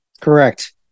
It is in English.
Correct